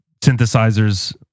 synthesizers